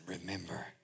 remember